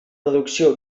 reducció